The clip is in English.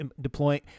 deploying